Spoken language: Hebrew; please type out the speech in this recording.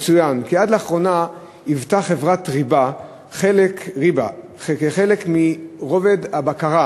יצוין כי עד לאחרונה היוותה חברת "ריבה" חלק מרובד הבקרה